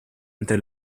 entre